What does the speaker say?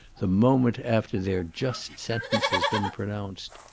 the moment after their just sentence has been pronounced.